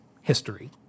history